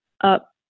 up